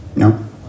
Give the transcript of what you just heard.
No